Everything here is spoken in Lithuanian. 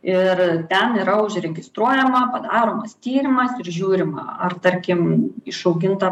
ir ten yra užregistruojama padaromas tyrimas ir žiūrima ar tarkim išauginta